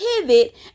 pivot